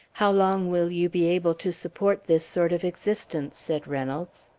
how long will you be able to support this sort of existence? said reynolds.